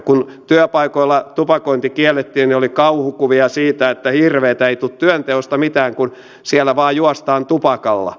kun työpaikoilla tupakointi kiellettiin niin oli kauhukuvia siitä että hirveätä ei tule työnteosta mitään kun siellä vain juostaan tupakalla